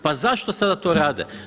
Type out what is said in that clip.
Pa zašto sada to rade?